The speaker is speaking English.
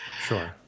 sure